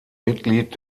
mitglied